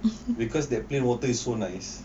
because that plain water is so nice